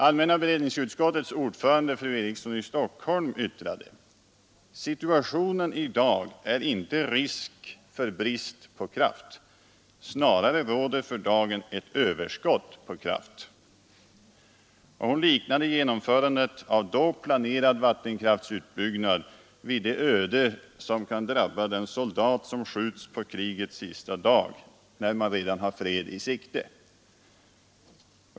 Allmänna beredningsutskottets ordförande fru Eriksson i Stockholm yttrade: ”Situationen i dag är inte risk för brist på kraft — snarare råder för dagen ett överskott på kraft.” Hon liknade genomförandet av då planerad vattenkraftsutbyggnad vid det öde som drabbar den soldat som skjuts på krigets sista dag, när man redan har fred i sikte.